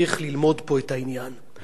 גזענות היא גזענות.